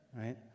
right